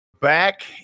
back